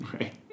Right